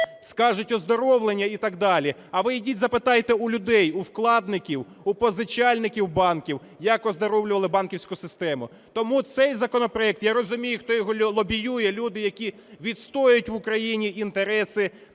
Скажуть оздоровлення і так далі. А ви йдіть, запитайте у людей, у вкладників, у позичальників банків, як оздоровлювали банківську систему. Тому цей законопроект, я розумію, хто його лобіює, – люди, які відстоюють в Україні інтереси